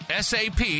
SAP